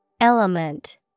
Element